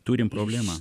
turim problemą